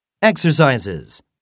Exercises